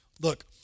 look